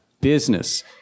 business